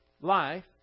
life